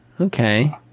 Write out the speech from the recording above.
okay